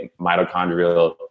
mitochondrial